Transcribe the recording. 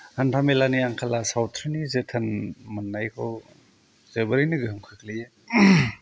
हान्थामेलानि आंखाला सावस्रिनि जोथोन मोननायखौ जोबोरैनो गोहोम खोख्लैयो